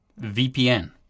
VPN